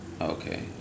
okay